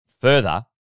further